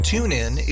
TuneIn